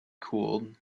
cooled